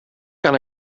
gan